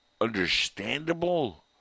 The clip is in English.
understandable